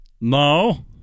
No